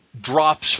drops